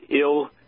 ill